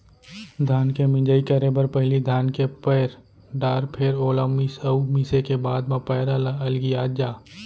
धान के मिंजई करे बर पहिली धान के पैर डार फेर ओला मीस अउ मिसे के बाद म पैरा ल अलगियात जा